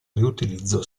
riutilizzo